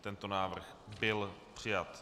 Tento návrh byl přijat.